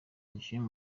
umukinnyi